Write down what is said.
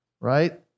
Right